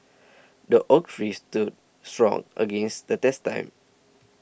the oak tree stood strong against the test time